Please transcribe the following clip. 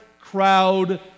crowd